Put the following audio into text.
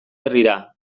herrira